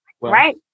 right